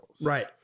Right